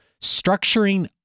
structuring